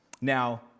Now